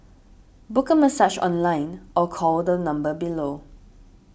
book a massage online or call the number below